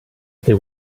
they